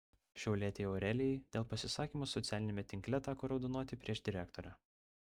šiaulietei aurelijai dėl pasisakymų socialiniame tinkle teko raudonuoti prieš direktorę